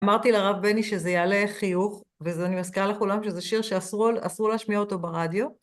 אמרתי לרב בני שזה יעלה חיוך, ואני מזכירה לכולם שזה שיר שאסור להשמיע אותו ברדיו.